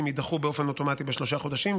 יידחו באופן אוטומטי בשלושה חודשים,